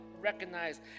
recognize